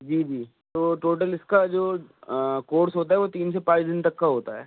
جی جی تو ٹوٹل اس کا جو کورس ہوتا ہے وہ تین سے پانچ دن تک کا ہوتا ہے